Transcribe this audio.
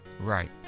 Right